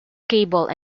cable